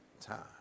time